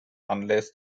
unless